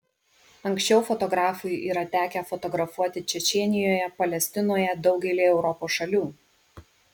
anksčiau fotografui yra tekę fotografuoti čečėnijoje palestinoje daugelyje europos šalių